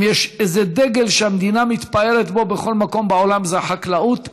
ואם יש איזה דגל שהמדינה מתפארת בו בכל מקום בעולם זה החקלאות,